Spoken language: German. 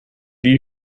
die